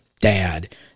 dad